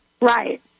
Right